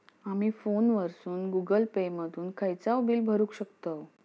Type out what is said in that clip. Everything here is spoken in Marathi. आमी फोनवरसून गुगल पे मधून खयचाव बिल भरुक शकतव